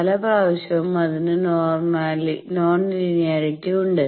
പല പ്രാവശ്യവും അതിന് നോൺ ലീനിയറിറ്റി ഉണ്ട്